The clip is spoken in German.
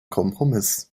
kompromiss